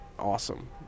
awesome